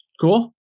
Cool